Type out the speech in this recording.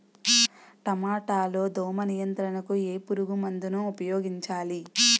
టమాటా లో దోమ నియంత్రణకు ఏ పురుగుమందును ఉపయోగించాలి?